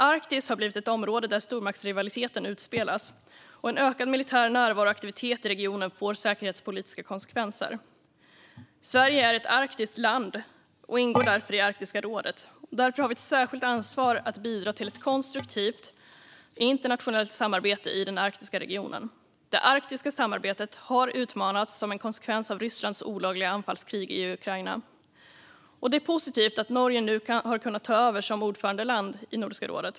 Arktis har blivit ett område där stormaktsrivaliteten utspelas, och en ökad militär närvaro och aktivitet i regionen får säkerhetspolitiska konsekvenser. Sverige är ett arktiskt land och ingår därför i Arktiska rådet. Därför har vi ett särskilt ansvar att bidra till ett konstruktivt internationellt samarbete i den arktiska regionen. Det arktiska samarbetet har utmanats som en konsekvens av Rysslands olagliga anfallskrig i Ukraina. Det är positivt att Norge nu har kunnat ta över som ordförandeland i Nordiska rådet.